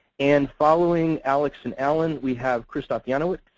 and following alex and alan, we have krzysztof janowicz.